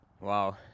Wow